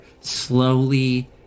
slowly